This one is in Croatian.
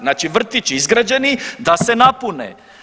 Znači vrtići izgrađeni da se napune.